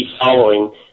following